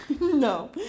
No